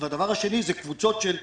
דבר שני הוא: קבוצות של צעירים,